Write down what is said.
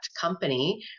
company